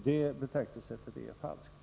Det betraktelsesättet är falskt.